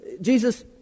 Jesus